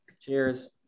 Cheers